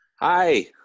hi